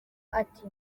ati